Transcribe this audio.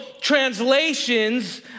translations